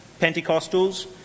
pentecostals